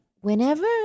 whenever